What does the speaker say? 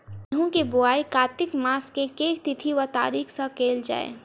गेंहूँ केँ बोवाई कातिक मास केँ के तिथि वा तारीक सँ कैल जाए?